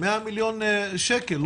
100 מיליון שקל.